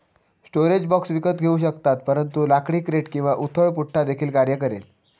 storage box विकत घेऊ शकतात परंतु लाकडी क्रेट किंवा उथळ पुठ्ठा देखील कार्य करेल